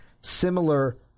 Similar